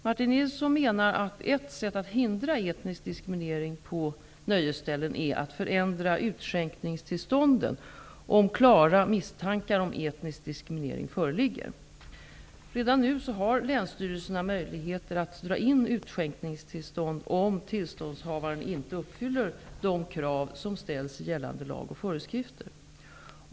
Martin Nilsson menar att ett sätt att hindra etnisk diskriminering på nöjesställen är att förändra utskänkningstillstånden, om klara misstankar om etnisk diskriminering föreligger. Redan nu har länsstyrelserna möjligheter att dra in utskänkningstillstånd om tillståndshavaren inte upfyller de krav som ställs i gällande lag och föreskrifter.